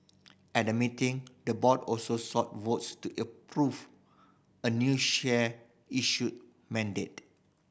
at the meeting the board also sought votes to approve a new share issue mandate